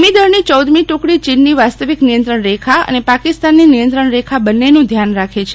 ભૂમિદળની ચૌદમી ટુકડી ચીનની વાસ્તવિક નિયંત્રણરેખા અને પાકિસ્તાનની નિયંત્રણ રેખા બંનેનું ધ્યાન રાખે છે